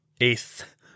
Eighth